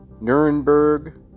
Nuremberg